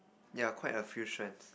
yeah quite a few strands